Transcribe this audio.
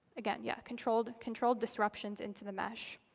again, yeah, controlled controlled disruptions into the mesh.